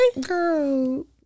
girl